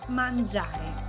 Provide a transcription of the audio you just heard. mangiare